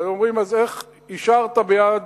אומרים: אז איך אישרת ביד